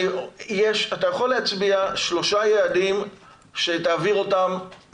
אתה יכול להצביע על שלושה יעדים שתעביר אותם